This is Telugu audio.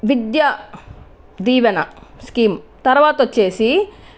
విద్యా దీవెన స్కీమ్ తర్వాత వచ్చేసి